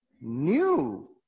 new